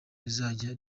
rizajya